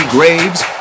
Graves